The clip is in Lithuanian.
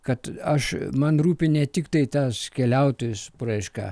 kad aš man rūpi ne tiktai tas keliautojas paraiška